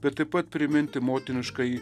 bet taip pat priminti motiniškąjį